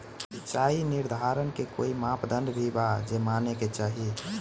सिचाई निर्धारण के कोई मापदंड भी बा जे माने के चाही?